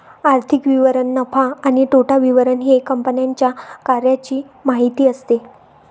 आर्थिक विवरण नफा आणि तोटा विवरण हे कंपन्यांच्या कार्याची माहिती असते